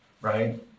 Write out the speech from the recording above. Right